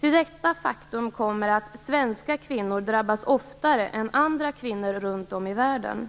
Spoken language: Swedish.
Till detta faktum kommer att svenska kvinnor drabbas oftare än andra kvinnor runt om i världen.